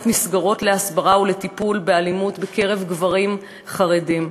מסגרות להסברה ולטיפול באלימות בקרב גברים חרדים.